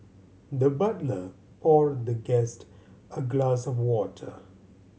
the butler poured the guest a glass of water